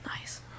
Nice